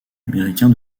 américain